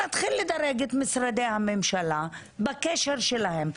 שנתחיל לדרג את משרדי הממשלה בקשר שלהם.